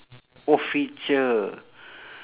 oh feature